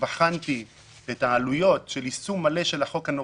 כשבחנתי את העלויות של יישום מלא של החוק הנורווגי,